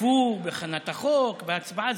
השתתפו בהכנת החוק, בהצבעה.